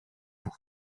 bout